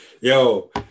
Yo